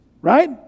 Right